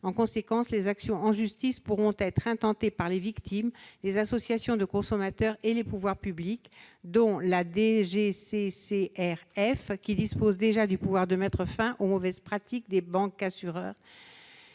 En conséquence, les actions en justice pourront être intentées par les victimes, les associations de consommateurs et les pouvoirs publics, dont la DGCCRF, qui dispose déjà du pouvoir de mettre fin aux mauvaises pratiques des « bancassureurs